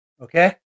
Okay